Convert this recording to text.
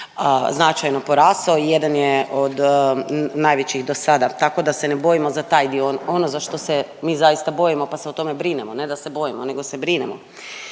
značajno porastao, jedan je od najvećih do sada tako da se ne bojimo za taj dio. Ono za što se mi zaista bojimo pa se o tome brinemo, ne da se bojimo nego se brinemo.